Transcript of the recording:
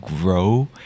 grow